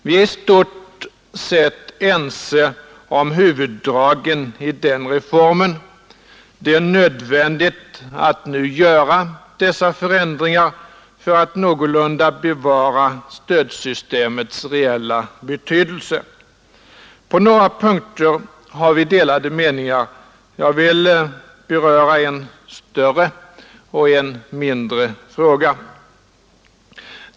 Vi är i stort sett ense om huvuddragen i den reformen; det är nödvändigt att nu vidta dessa förändringar för att någorlunda bevara stödsystemets reella betydelse. På några punkter har vi emellertid delade meningar. Jag vill beröra en större och en mindre fråga.